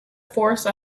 force